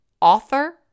author